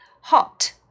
Hot